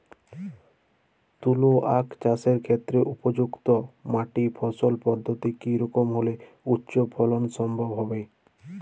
তুলো আঁখ চাষের ক্ষেত্রে উপযুক্ত মাটি ফলন পদ্ধতি কী রকম হলে উচ্চ ফলন সম্ভব হবে?